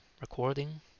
recording